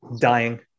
dying